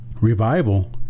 Revival